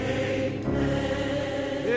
amen